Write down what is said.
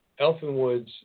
Elfinwoods